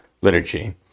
liturgy